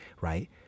right